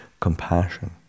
compassion